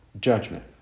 judgment